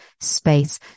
space